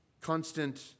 constant